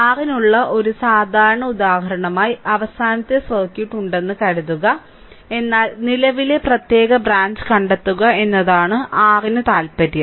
r നുള്ള ഒരു സാധാരണ ഉദാഹരണമായി അവസാനത്തെ സർക്യൂട്ട് ഉണ്ടെന്ന് കരുതുക എന്നാൽ നിലവിലെ പ്രത്യേക ബ്രാഞ്ച് കണ്ടെത്തുക എന്നതാണ് r ന് താൽപ്പര്യം